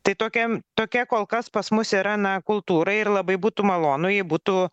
tai tokiam tokia kol kas pas mus yra na kultūra ir labai būtų malonu jei būtų